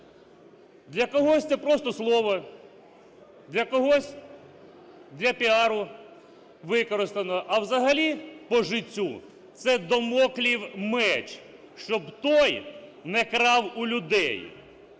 Для когось це просто слово, для когось для піару використано. А взагалі по життю це дамоклів меч, щоб той не крав у людей.